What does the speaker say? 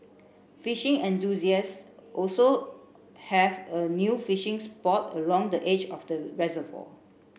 fishing enthusiast will also have a new fishing spot along the edge of the reservoir